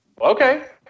Okay